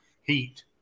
heat